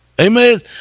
Amen